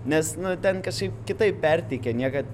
nes nu ten kažkaip kitaip perteikia niekad